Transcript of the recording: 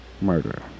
murder